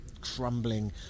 crumbling